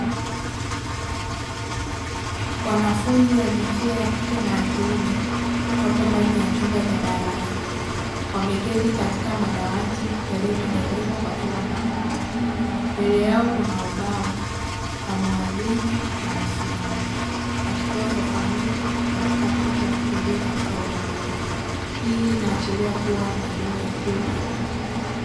Wanafunzi wa jinsia ya kike na ya kiume wapo ndani ya chumba cha darasa, wameketi katika madawati yaliyotengenezwa kwa chuma na mbao. Mbele yao kuna ubao na mhadhiri amesimama akitoa ufafanuzi katika picha iliyo katika ubao huo. Hii inaashiria kuwa ni elimu ya chuo kikuu.